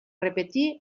repetir